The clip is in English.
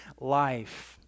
life